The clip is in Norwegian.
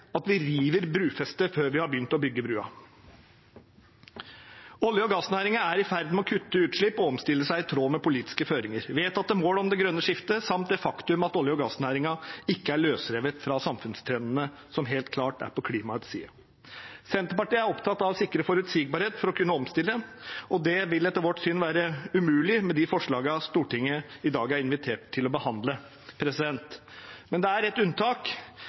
at vi river brufestet før vi har begynt å bygge brua. Olje- og gassnæringen er i ferd med å kutte utslipp og omstille seg i tråd med politiske føringer, vedtatte mål om det grønne skiftet samt det faktum at olje- og gassnæringen ikke er løsrevet fra samfunnstrendene som helt klart er på klimaets side. Senterpartiet er opptatt av å sikre forutsigbarhet for å kunne omstille, og det vil etter vårt syn være umulig med de forslagene Stortinget i dag er invitert til å behandle. Men det er ett unntak: